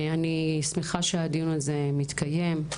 אני שמחה שהדיון הזה מתקיים,